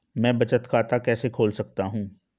मैं बचत खाता कैसे खोल सकता हूँ?